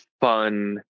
fun